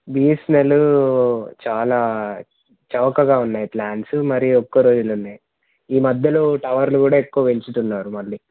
BSNL చాలా చౌకగా ఉన్నాయి ప్లాన్స్ మరి ఎక్కు రోజులున్నాయి ఈ మధ్యలో టవర్లు కూడా ఎక్కువ పెంచుతున్నారు మళ్ళీ